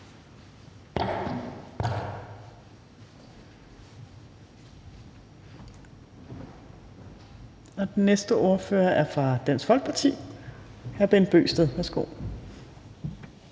Den næste ordfører er fra Dansk Folkeparti. Hr. Bent Bøgsted, værsgo.